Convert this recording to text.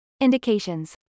Indications